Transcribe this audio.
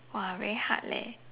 !wah! very hard leh